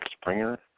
Springer